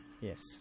Yes